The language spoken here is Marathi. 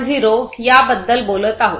0 याबद्दल बोलत आहोत